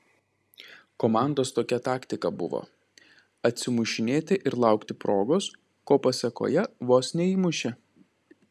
komandos tokia taktika buvo atsimušinėti ir laukti progos ko pasėkoje vos neįmušė